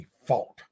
default